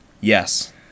Yes